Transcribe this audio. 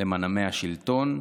למנעמי השלטון,